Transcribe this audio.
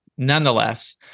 Nonetheless